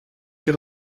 hier